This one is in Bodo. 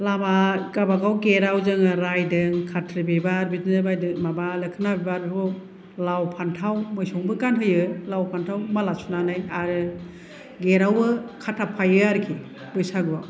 लामा गावबागाव गेट आव जोङो रायदों काट्रि बिबार बिदिनो बायदि माबा लोखोना बिबार बेखौ लाव फान्थाव मोसौनोबो गानहोयो लाव फान्थाव माला सुनानै आरो गेट आवबो खाथाबफायो आरोखि बैसागुआव